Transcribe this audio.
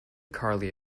carley